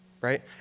right